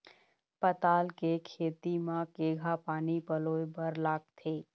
पताल के खेती म केघा पानी पलोए बर लागथे?